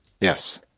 Yes